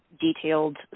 detailed